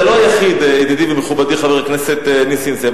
אתה לא היחיד, ידידי ומכובדי חבר הכנסת נסים זאב.